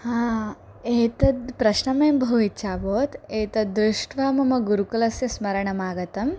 हा एतद् प्रश्नमें बहु इच्छा अभवत् एतद् दृष्ट्वा मम गुरुकुलस्य स्मरणम् आगतम्